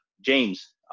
James